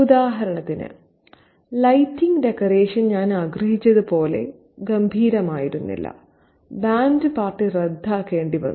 ഉദാഹരണത്തിന് lighting decoration ഞാൻ ആഗ്രഹിച്ചത് പോലെ ഗംഭീരമായിരുന്നില്ല ബാൻഡ് പാർട്ടി റദ്ദാക്കേണ്ടി വന്നു